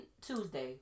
Tuesday